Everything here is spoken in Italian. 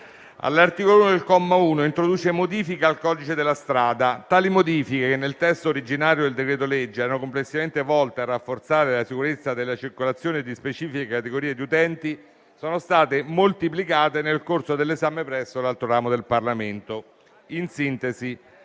L'articolo, al comma 1, introduce modifiche al codice della strada. Tali modifiche, che nel testo originario del decreto-legge erano complessivamente volte a rafforzare la sicurezza della circolazione di specifiche categorie di utenti, sono state moltiplicate nel corso dell'esame presso l'altro ramo del Parlamento. In sintesi